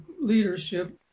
leadership